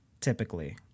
Typically